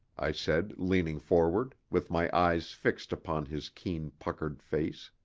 i said, leaning forward, with my eyes fixed upon his keen, puckered face.